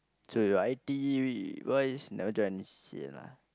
so your I T what is you never join any C_C_A lah